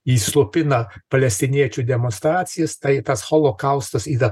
ji slopina palestiniečių demonstracijas tai tas holokaustas yra